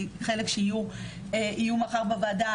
חלק שיהיו מחר בוועדה,